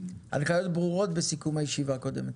הנחיות ברורות בסיכום הישיבה הקודמת,